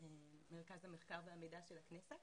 ממרכז המחקר והמידע של הכנסת,